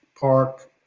park